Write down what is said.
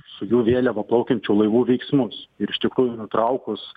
su jų vėliava plaukiančių laivų veiksmus ir iš tikrųjų nutraukus